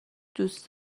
دوست